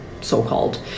so-called